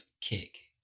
Kick